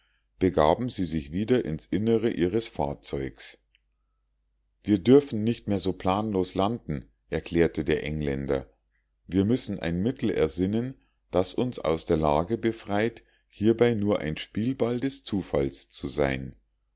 begaben sie sich wieder ins innere ihres fahrzeugs wir dürfen nicht mehr so planlos landen erklärte der engländer wir müssen ein mittel ersinnen das uns aus der lage befreit hiebei nur ein spielball des zufalls zu sein